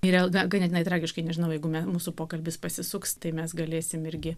ir el ga ganėtinai tragiškai nežinau jeigu me mūsų pokalbis pasisuks tai mes galėsim irgi